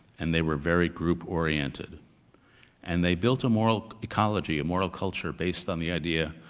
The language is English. and they were very group-oriented. and they built a moral ecology, a moral culture, based on the idea,